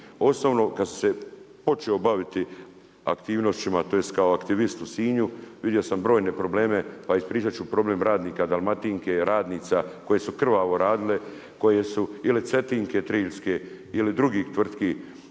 Osnovno, kada sam se počeo baviti aktivnostima, tj. kao aktivist u Sinju, vidio sam brojne probleme. Pa ispričat ću problem radnika Dalmatinke, radnica, koje su krvavo radile, koje su, ili Cetinke triljske ili drugih tvrtki